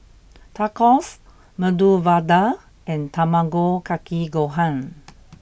Tacos Medu Vada and Tamago kake gohan